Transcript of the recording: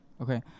Okay